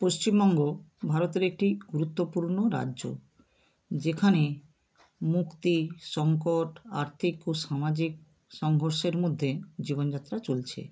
পশ্চিমবঙ্গ ভারতের একটি গুরুত্বপূর্ণ রাজ্য যেখানে মুক্তি সংকট আর্থিক ও সামাজিক সংঘর্ষের মধ্যে জীবনযাত্রা চলছে